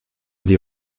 sie